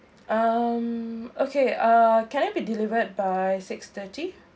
um okay uh can it be delivered by six thirty